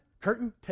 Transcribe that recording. Curtain